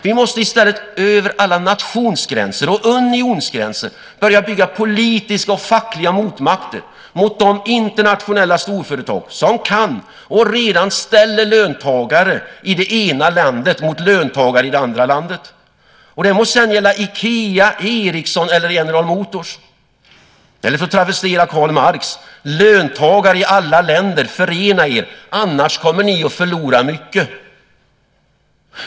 Vi måste i stället över alla nationsgränser och unionsgränser börja bygga politiska och fackliga motmakter mot de internationella storföretag som kan och redan ställer löntagare i det ena landet mot löntagare i det andra landet. Det må sedan gälla IKEA, Ericsson eller General Motors. Eller för att travestera Karl Marx: Löntagare i alla länder förena er annars kommer ni att förlora mycket.